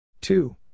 Two